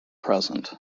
present